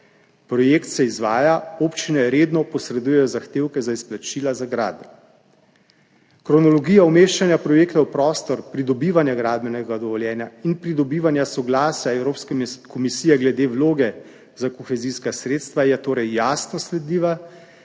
Projekt se izvaja, občine redno posredujejo zahtevke za izplačila za gradnjo. Kronologija umeščanja projekta v prostor, pridobivanja gradbenega dovoljenja in pridobivanja soglasja Evropske komisije glede vloge za kohezijska sredstva je torej jasno sledljiva,